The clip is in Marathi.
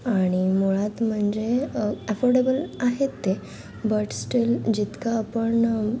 आणि मुळात म्हणजे अफोर्डेबल आहेत ते बट स्टील जितकं आपण